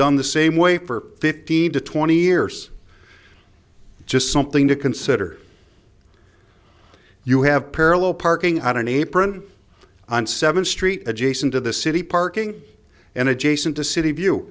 done the same way for fifteen to twenty years just something to consider you have parallel parking out an apron on seventh street adjacent to the city parking and adjacent to city view